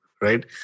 Right